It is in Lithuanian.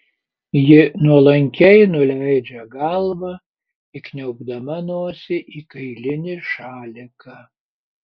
ji nuolankiai nuleidžia galvą įkniaubdama nosį į kailinį šaliką